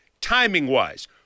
timing-wise